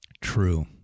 True